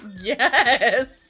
Yes